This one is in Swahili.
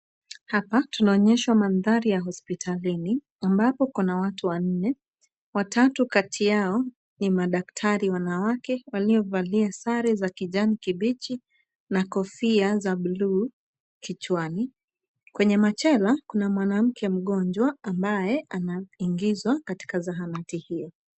Hapa tunaonyeshwa mandhari ya hospitalini ambapo kuna watu wanne. Watatu kati yao ni madaktari wanawake waliovalia sare za kijani kibichi na kofia za bluu kichwani. Kwenye machela kuna mwanamke mgonjwa ambaye anaengezwa katika zahanati hiyo.